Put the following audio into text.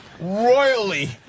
royally